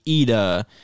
Ida